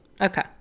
Okay